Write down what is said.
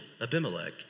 Abimelech